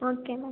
okay ma'am